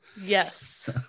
Yes